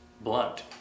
blunt